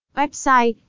website